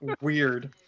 weird